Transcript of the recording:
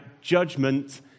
judgment